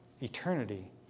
Eternity